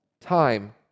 time